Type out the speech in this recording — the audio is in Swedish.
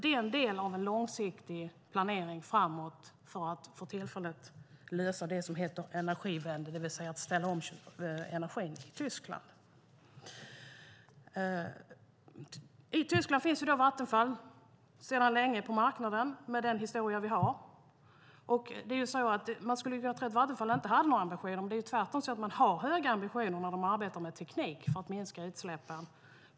Det är en del av en långsiktig planering framåt för att för tillfället lösa det som kallas Energiewende, det vill säga att ställa om energin i Tyskland. I Tyskland finns Vattenfall sedan länge på marknaden, med den historia vi har. Man skulle kunna tro att Vattenfall inte hade någon ambition, men det är tvärtom så att Vattenfall har höga ambitioner när de arbetar med teknik för att minska utsläppen.